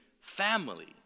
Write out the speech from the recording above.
family